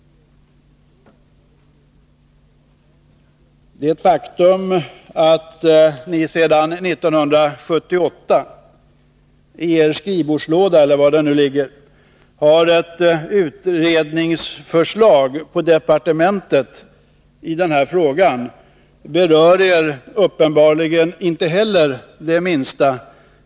Det är ett faktum att ni sedan 1978 i er skrivbordslåda — eller var det nu ligger — har ett utredningsförslag på departementet i den här frågan. Inte heller det berör er uppenbarligen det minsta.